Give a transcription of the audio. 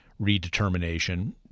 redetermination